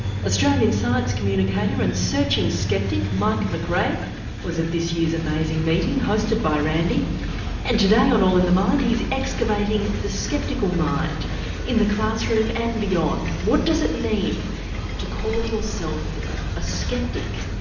australian science communicator and searching skeptic mike mcrae was at this year's amazing meeting hosted by randi and today on all in the mind he's excavating the skeptical mind in the classroom and beyond. what does it mean to call yourself a skeptic?